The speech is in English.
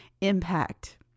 impact